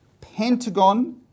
Pentagon